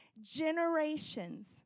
Generations